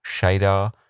Shadar